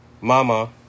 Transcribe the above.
Mama